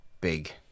big